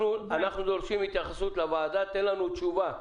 אנחנו דורשים התייחסות לוועדה, תן לנו תשובה.